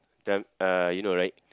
uh you know right